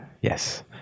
yes